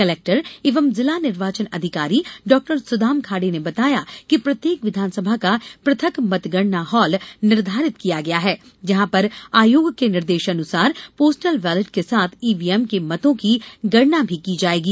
collector एवं जिला निर्वाचन अधिकारी डॉ सुदाम खाडे ने बताया कि प्रत्येक विधानसभा का पृथक मतगणना हॉल निर्धारित किया गया है जहाँ पर आयोग के निर्देशानुसार पोस्टल बैलट के साथ ईवीएम के मतों की गणना भी की जाएगी